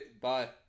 bye